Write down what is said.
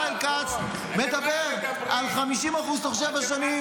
השר ישראל כץ מדבר על 50% תוך שבע שנים